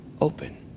open